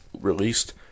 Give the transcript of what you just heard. released